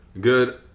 Good